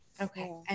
okay